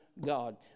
God